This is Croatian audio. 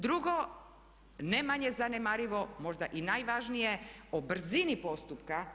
Drugo ne manje zanemarivo, možda i najvažnije o brzini postupka.